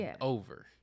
over